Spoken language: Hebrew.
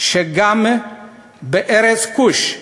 שגם בארץ כוש,